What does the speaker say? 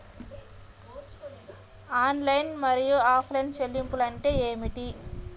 Online మరియు offline చెల్లింపులు అంటే ఏమిటి?